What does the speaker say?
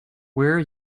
where